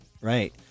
right